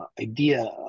idea